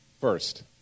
first